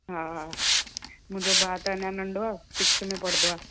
हा मुंहिंजो भाउ त अञा नंढो आहे सिक्स्थ में पढ़दो आहे